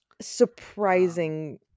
surprising